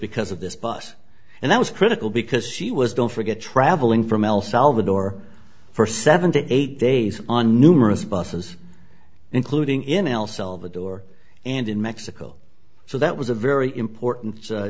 because of this bus and that was critical because she was don't forget travelling from el salvador for seven to eight days on numerous buses including in el salvador and in mexico so that was a very important